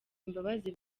imbabazi